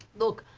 look,